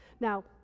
Now